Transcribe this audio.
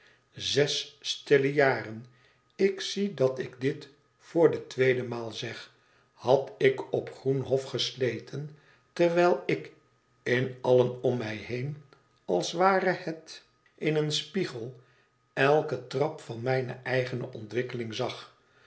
zes stille jaren ik zie dat ik dit voor de tweede maal zeg had ik op groenhof gesleten terwijl ik in allen om mij heen als ware het in een spiegel eiken trap van mijne eigene ontwikkeling zag